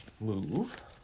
move